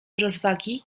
rozwagi